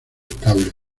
estables